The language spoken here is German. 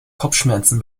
kopfschmerzen